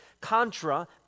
contra